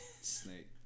Snake